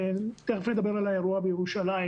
ותיכף נדבר על האירוע בירושלים,